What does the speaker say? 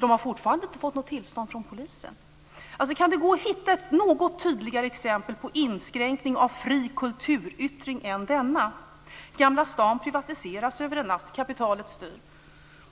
De har fortfarande inte fått något tillstånd från polisen. Går det att hitta något tydligare exempel på inskränkning av fri kulturyttring än denna? Gamla stan privatiseras över en natt. Kapitalet styr.